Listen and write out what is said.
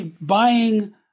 buying